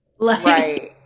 Right